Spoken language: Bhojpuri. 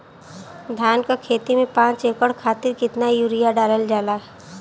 धान क खेती में पांच एकड़ खातिर कितना यूरिया डालल जाला?